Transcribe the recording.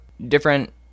different